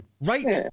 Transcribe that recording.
right